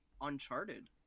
Uncharted